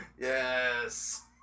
Yes